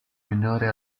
minore